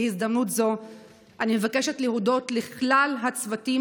בהזדמנות זו אני מבקשת להודות לכלל הצוותים